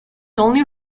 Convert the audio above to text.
only